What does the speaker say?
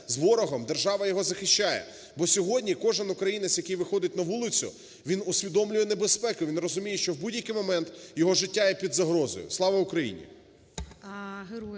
Дякую.